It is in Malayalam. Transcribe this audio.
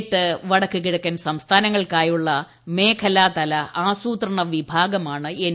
എട്ട് വടക്ക് കിഴക്കൻ സംസ്ഥാനങ്ങൾക്കായുള്ള മേഖലാ തല ആസൂത്രണ വിഭാഗമാണ് എൻ